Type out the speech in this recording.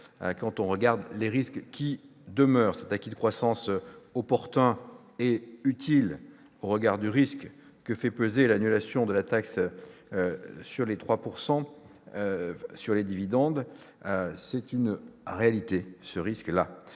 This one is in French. quand on regarde les risques qui demeurent. Cet acquis de croissance est opportun et utile au regard du risque que fait peser l'annulation de la taxe à 3 % sur les dividendes. La décision